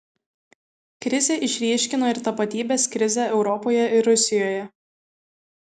krizė išryškino ir tapatybės krizę europoje ir rusijoje